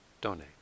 donate